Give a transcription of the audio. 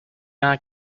nada